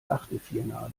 achtelfinale